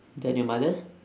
then your mother leh